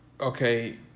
Okay